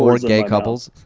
four gay couples?